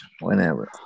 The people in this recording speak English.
whenever